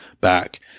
back